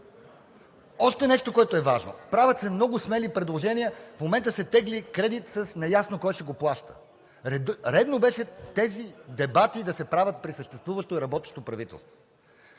Още нещо, което е важно. Правят се много смели предложения. В момента се тегли кредит с неясно кой ще го плаща. Редно беше тези дебати да се правят при съществуващо и работещо правителство.